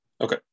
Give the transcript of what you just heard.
Okay